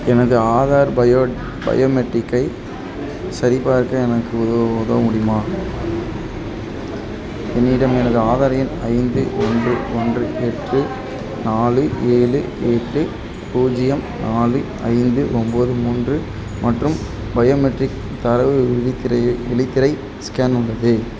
எனது ஆதார் பயோ பயோமெட்ரிக்கை சரிபார்க்க எனக்கு உதவ உதவ முடியுமா என்னிடம் எனது ஆதார் எண் ஐந்து ஒன்று ஒன்று எட்டு நாலு ஏழு எட்டு பூஜ்ஜியம் நாலு ஐந்து ஒம்போது மூன்று மற்றும் பயோமெட்ரிக் தரவு விழித்திரை விழித்திரை ஸ்கேன் உள்ளது